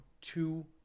two